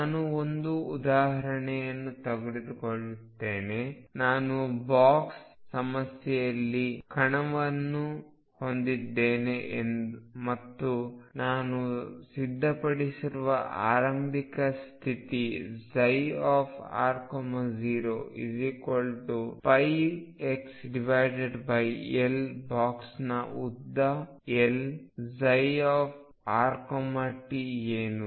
ನಾನು ಒಂದು ಉದಾಹರಣೆಯನ್ನು ತೆಗೆದುಕೊಳ್ಳುತ್ತೇನೆ ನಾನು ಬಾಕ್ಸ್ ಸಮಸ್ಯೆಯಲ್ಲಿ ಕಣವನ್ನು ಹೊಂದಿದ್ದೇನೆ ಮತ್ತು ನಾನು ಸಿದ್ಧಪಡಿಸುವ ಆರಂಭಿಕ ಸ್ಥಿತಿ r0πxL ಬಾಕ್ಸ್ನ ಉದ್ದ L ψrt ಏನು